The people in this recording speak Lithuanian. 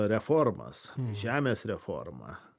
reformas žemės reformą